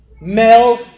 male